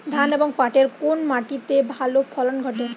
ধান এবং পাটের কোন মাটি তে ভালো ফলন ঘটে?